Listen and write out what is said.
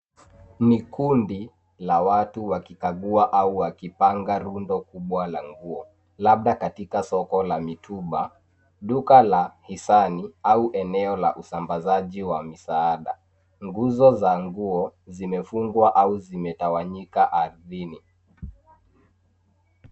Ni kundi la watu wakikagua au wakipanga rundo kubwa la nguo labda katika soko la mitumba, duka la hisani au eneo la usambazaji wa misaada. Nguzo za nguo zimefungwa au zimetawanyika ardhini.